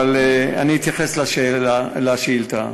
אתייחס לשאילתה.